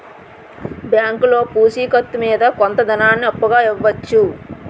బ్యాంకులో పూచి కత్తు మీద కొంత ధనాన్ని అప్పుగా ఇవ్వవచ్చు